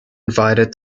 invited